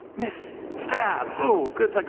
miss, stab, oh good like